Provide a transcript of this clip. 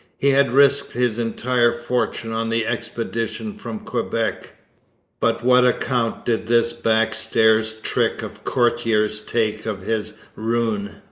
he had risked his entire fortune on the expedition from quebec but what account did this back-stairs trick of courtiers take of his ruin?